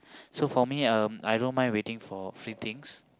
so for me um I don't mind waiting for free things